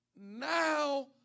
Now